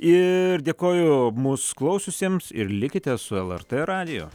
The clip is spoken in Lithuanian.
ir dėkoju mūsų klausiusiems ir likite su lrt radiju